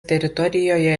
teritorijoje